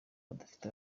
badafite